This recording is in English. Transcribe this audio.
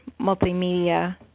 multimedia